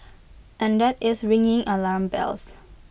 and that is ringing alarm bells